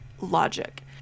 logic